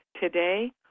today